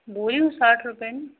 बोली हूँ साठ रुपये